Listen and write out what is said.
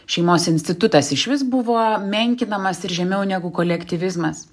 šeimos institutas išvis buvo menkinamas ir žemiau negu kolektyvizmas